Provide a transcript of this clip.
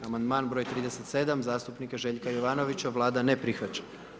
Amandman broj 37., zastupnika Željka Jovanovića, Vlada ne prihvaća.